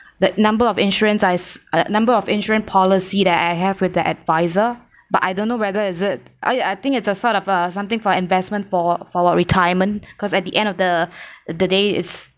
the number of insurance I s~ number of insurance policy that I have with that adviser but I don't know whether is it oh ya I think it's a sort of a something for investment for for what retirement because at the end of the the day it's